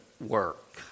work